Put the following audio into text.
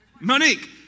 Monique